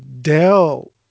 Dell